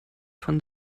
von